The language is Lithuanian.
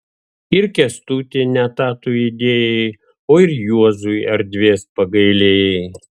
ir kęstutį ne tą tu įdėjai o ir juozui erdvės pagailėjai